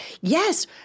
Yes